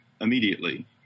immediately